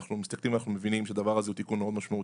אנחנו מסתכלים ואנחנו מבינים שהדבר הזה הוא תיקון מאוד משמעותי,